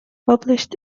published